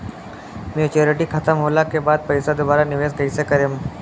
Maturity खतम होला के बाद पईसा दोबारा निवेश कइसे करेम?